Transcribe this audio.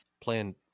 playing